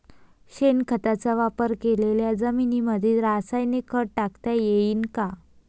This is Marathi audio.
शेणखताचा वापर केलेल्या जमीनीमंदी रासायनिक खत टाकता येईन का?